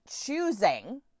choosing